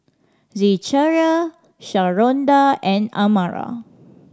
Zechariah Sharonda and Amara